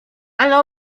ale